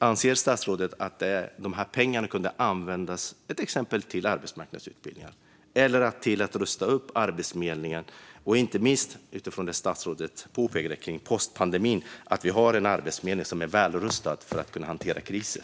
Anser statsrådet att dessa pengar kunde användas till exempelvis arbetsmarknadsutbildningar eller till att rusta upp Arbetsförmedlingen, så att vi - inte minst mot bakgrund av vad statsrådet sa om post-pandemi - har en arbetsförmedling som är välrustad för att hantera kriser?